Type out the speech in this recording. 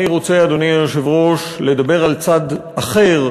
אני רוצה, אדוני היושב-ראש, לדבר על צד אחר,